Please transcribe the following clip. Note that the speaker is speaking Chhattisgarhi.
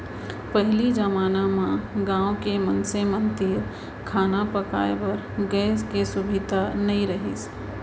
पहिली जमाना म गॉँव के मनसे मन तीर खाना पकाए बर गैस के सुभीता नइ रहिस